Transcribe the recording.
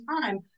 time